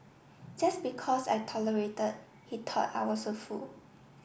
just because I tolerated he thought I was a fool